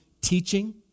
teaching